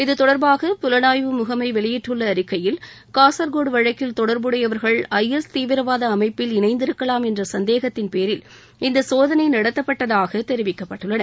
இது தொடர்பாக புலனாய்வு முகமை வெளியிட்டுள்ள அறிக்கையில் காசர்கோடு வழக்கில் தொடர்புடையவர்கள் ஐ எஸ் தீவிரவாத அமைப்பில் இணைந்திருக்கலாம் என்ற சந்தேகத்தில் பெயரில் இந்த சோதனை நடத்தப்பட்டதாக தெரிவிக்கப்பட்டுள்ளன